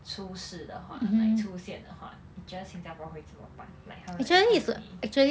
出事的话 like 出现的话你觉得新加坡会真么办 like how the economy